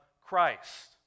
Christ